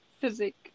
physics